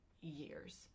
years